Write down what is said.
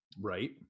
right